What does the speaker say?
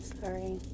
sorry